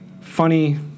funny